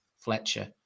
Fletcher